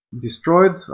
destroyed